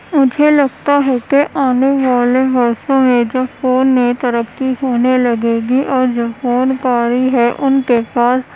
مجھے لگتا ہے کہ آنے والے برسوں میں جب فون میں ترقی ہونے لگے گی اور جب فون کاری ہے ان کے پاس